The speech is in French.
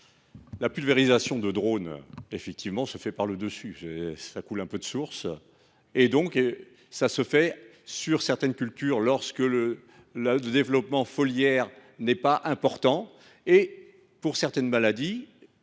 la pulvérisation par les drones se fait par le dessus – cela coule un peu de source ! Elle se fait sur certaines cultures lorsque le développement foliaire n’est pas important. Mais, pour certaines maladies,